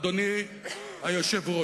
אדוני היושב-ראש,